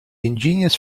ingenious